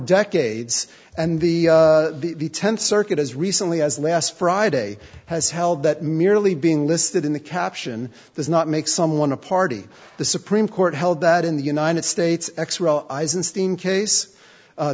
decades and the tenth circuit as recently as last friday has held that merely being listed in the caption does not make someone a party the supreme court held that in the united states